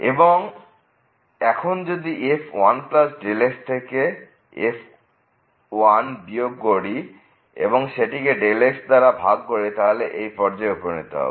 এবং এখন যদি f 1 x থেকে f বিয়োগ করি এবং সেটি কে x দাঁড়া ভাগ করি তাহলে এই পর্যায়ে উপনীত হব